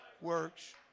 works